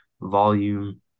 volume